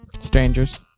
strangers